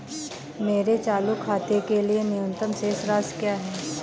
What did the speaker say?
मेरे चालू खाते के लिए न्यूनतम शेष राशि क्या है?